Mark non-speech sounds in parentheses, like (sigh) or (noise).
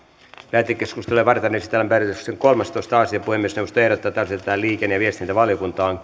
lähetekeskustelua varten esitellään päiväjärjestyksen kolmastoista asia puhemiesneuvosto ehdottaa että asia lähetetään liikenne ja viestintävaliokuntaan (unintelligible)